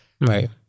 Right